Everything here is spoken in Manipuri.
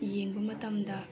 ꯌꯦꯡꯕ ꯃꯇꯝꯗ